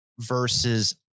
versus